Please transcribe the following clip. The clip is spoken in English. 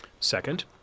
Second